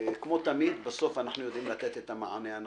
כמו תמיד, בסוף אנחנו יודעים לתת את המענה הנכון.